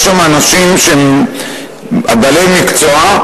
יש שם אנשים שהם בעלי מקצוע,